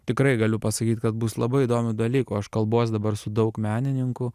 tikrai galiu pasakyt kad bus labai įdomių dalykų aš kalbuos dabar su daug menininkų